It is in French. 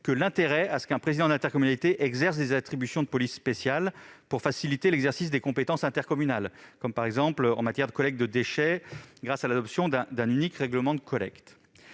que l'intérêt à ce qu'un président d'intercommunalité exerce des attributions de police spéciale pour faciliter l'exercice des compétences intercommunales- par exemple, en matière de collecte des déchets, grâce à l'adoption d'un unique règlement de collecte.